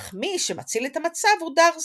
אך מי שמציל את המצב הוא דארסי,